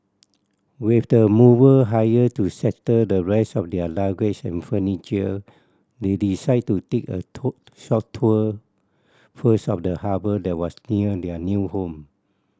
with the mover hired to settle the rest of their luggage and furniture they decided to take a tour short tour first of the harbour that was near their new home